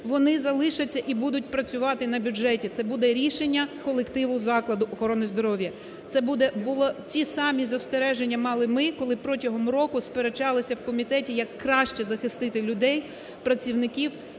вони залишаться і будуть працювати на бюджеті, це буде рішення колективу закладу охорони здоров'я. Це були, ті самі застереження мали ми, коли протягом року сперечалися у комітеті, як краще захистити людей, працівників,